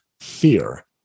fear